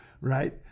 right